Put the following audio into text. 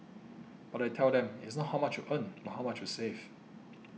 but I tell them it's not how much you earn but how much you save